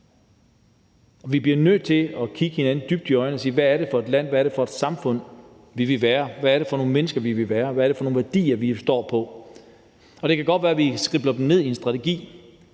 vi bliver nødt til at kigge hinanden dybt i øjnene og spørge: Hvad er det for et land, hvad er det for et samfund, vi vil være? Hvad er det for nogle mennesker, vi vil være? Hvad er det for nogle værdier, vi står for? Og det kan godt være, at vi skribler dem ned i en strategi,